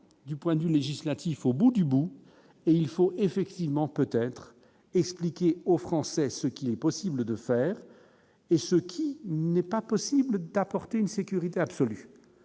du point du législatif au bout du bout, et il faut effectivement peut-être expliquer aux Français ce qu'il est possible de faire et ce qui n'est pas possible d'apporter une sécurité absolue,